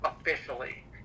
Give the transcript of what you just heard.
officially